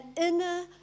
inner